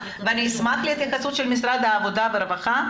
אשמח להתייחסות משרד העבודה והרווחה,